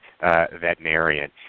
veterinarian